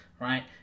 right